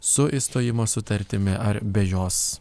su išstojimo sutartimi ar be jos